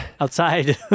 outside